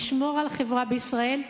לשמור על החברה בישראל,